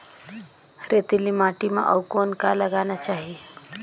रेतीली माटी म अउ कौन का लगाना चाही?